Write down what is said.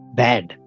bad